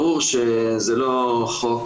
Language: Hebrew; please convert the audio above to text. ברור שזה לא חוק